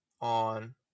on